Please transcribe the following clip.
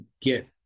get